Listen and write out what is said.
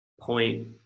point